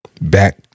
back